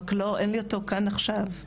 רק אין לי אותו כאן עכשיו.